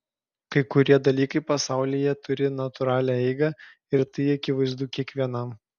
kai kurie dalykai pasaulyje turi natūralią eigą ir tai akivaizdu kiekvienam